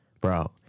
Bro